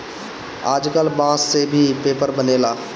आजकल बांस से भी पेपर बनेला